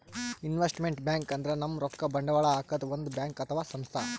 investment bank ಅಂದ್ರ ನಮ್ ರೊಕ್ಕಾ ಬಂಡವಾಳ್ ಹಾಕದ್ ಒಂದ್ ಬ್ಯಾಂಕ್ ಅಥವಾ ಸಂಸ್ಥಾ